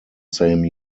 same